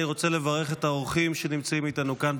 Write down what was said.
אני רוצה לברך את האורחים שנמצאים איתנו כאן,